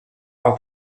are